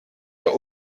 der